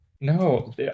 No